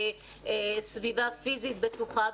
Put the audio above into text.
בסביבה פיזית בטוחה,